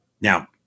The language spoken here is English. Now